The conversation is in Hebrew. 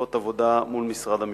ישיבות עבודה מול משרד המשפטים.